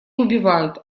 убивают